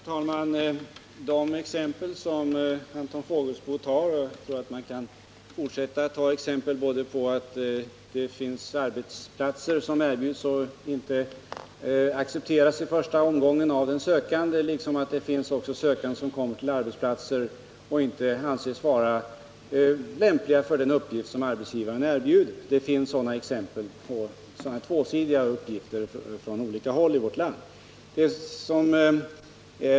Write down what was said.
Herr talman! Anton Fågelsbo ger en rad exempel, och jag tror att man kan fortsätta uppräkningen. Det förekommer att arbeten erbjuds men inte accepteras i första omgången liksom det händer att sökande kommer till arbetsplatser men inte anses vara lämpliga för den uppgift som arbetsgivaren erbjuder. Det finns sådana tvåsidiga uppgifter från olika håll i vårt land.